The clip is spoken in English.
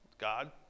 God